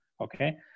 okay